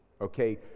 okay